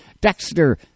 Dexter